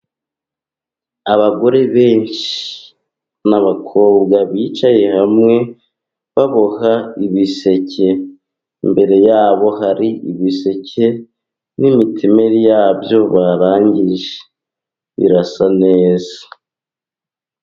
Abagore benshi n'abakobwa bicaye hamwe baboha ibiseke, imbere yabo hari ibiseke n'imitemeri yabyo barangije. Birasa neza.